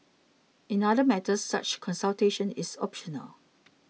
in other matters such consultation is optional